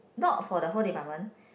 not for the whole department